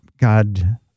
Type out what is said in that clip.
god